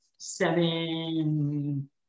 Seven